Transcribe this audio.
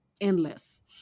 endless